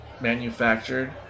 manufactured